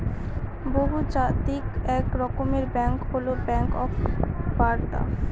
বহুজাতিক এক রকমের ব্যাঙ্ক হল ব্যাঙ্ক অফ বারদা